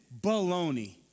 baloney